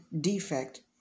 defect